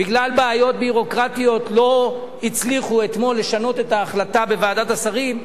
בגלל בעיות ביורוקרטיות לא הצליחו אתמול לשנות את ההחלטה בוועדת השרים,